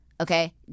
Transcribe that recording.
Okay